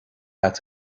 agat